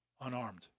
unarmed